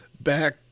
back